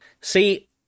See